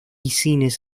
cines